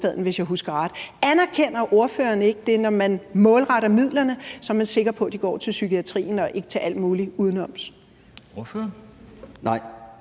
hvis jeg husker ret. Anerkender ordføreren ikke, at når man målretter midlerne, er man sikker på, at de går til psykiatrien og ikke til alt muligt udenoms? Kl.